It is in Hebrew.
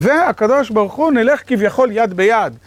והקדוש ברוך הוא נלך כביכול יד ביד.